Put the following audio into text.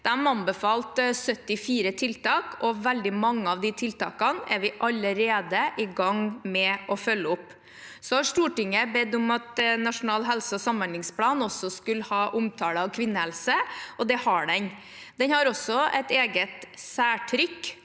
De anbefalte 74 tiltak, og veldig mange av de tiltakene er vi allerede i gang med å følge opp. Stortinget har bedt om at Nasjonal helse- og samhandlingsplan også skulle ha omtale av kvinnehelse, og det har den. Den har også et eget særtrykk